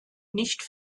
nicht